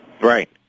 Right